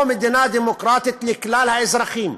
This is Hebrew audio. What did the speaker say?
או מדינה דמוקרטית לכלל האזרחים,